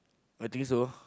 I think so